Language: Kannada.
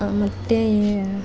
ಮತ್ತು ಈ